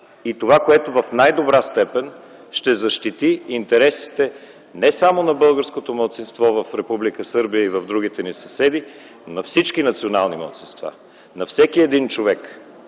и това, което в най-добра степен ще защити интересите не само на българското малцинство в Република Сърбия и в другите ни съседи – на всички национални малцинства, на всеки един човек!